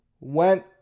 went